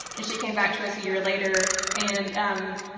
and she came back to us a year later, and, um,